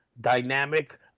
dynamic